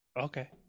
Okay